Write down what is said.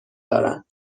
دارن